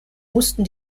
mussten